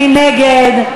מי נגד?